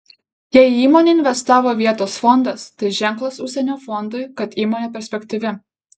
jei į įmonę investavo vietos fondas tai ženklas užsienio fondui kad įmonė perspektyvi